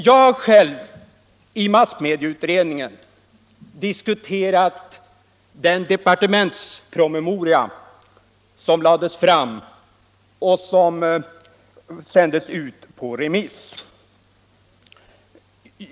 Jag har själv i massmedieutredningen diskuterat den departementspromemoria som lades fram och som sändes ut på remiss.